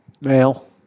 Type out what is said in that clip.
Male